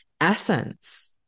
essence